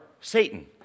Satan